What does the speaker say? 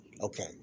Okay